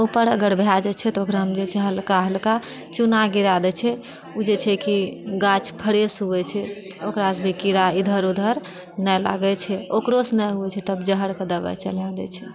ऊपर अगर भै जाय छै तऽ ओकरामऽ जे छै हल्का हल्का चूना गिरै दैत छै ओ जे छैकि गाछ फ्रेश उगैत छै आ ओकरासँ भी कीड़ा इधर उधर नहि लागैत छै ओकरोसँ नहि होइत छै तब जहरकऽ दबाइ चलै दैत छै